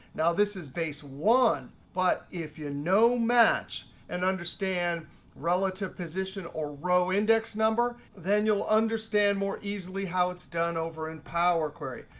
now this is base one, but if you know match and understand relative position or row index number, then you'll understand more easily how it's done over in power query.